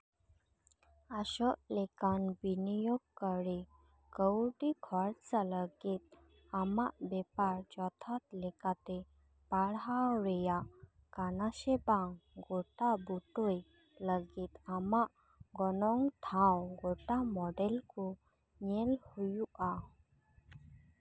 ᱟᱥᱚᱜ ᱞᱮᱠᱟᱱ ᱵᱤᱱᱤᱭᱳᱜᱽᱠᱟᱨᱤ ᱠᱟᱹᱣᱰᱤ ᱠᱷᱚᱨᱪᱟ ᱞᱟᱹᱜᱤᱫ ᱟᱢᱟᱜ ᱵᱮᱯᱟᱨ ᱡᱚᱛᱷᱟᱛ ᱞᱮᱠᱟᱛᱮ ᱯᱟᱲᱦᱟᱣ ᱨᱮᱭᱟᱜ ᱠᱟᱱᱟ ᱥᱮ ᱵᱟᱝ ᱜᱚᱴᱟᱵᱩᱴᱟᱹᱭ ᱞᱟᱹᱜᱤᱫ ᱟᱢᱟᱜ ᱜᱚᱱᱚᱝ ᱴᱷᱟᱶ ᱜᱚᱴᱟ ᱢᱚᱰᱮᱞ ᱠᱚ ᱧᱮᱞ ᱦᱩᱭᱩᱜᱼᱟ